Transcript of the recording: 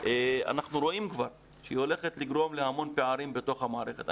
אנחנו רואים כבר שהיא הולכת לגרום להמון פערים בתוך המערכת.